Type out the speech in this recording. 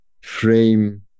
frame